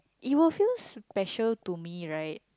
it will feel special to me right